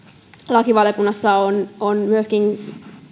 lakivaliokunnassa on käsittelyssä myöskin